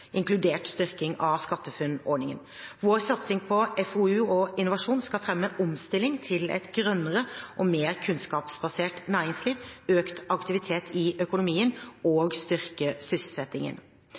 inkludert styrking av SkatteFUNN-ordningen. Vår satsing på FoU og innovasjon skal fremme omstilling til et grønnere og mer kunnskapsbasert næringsliv, økt aktivitet i økonomien